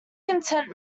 intent